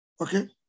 okay